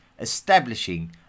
establishing